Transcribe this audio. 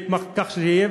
כך שזה יהיה.